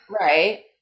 Right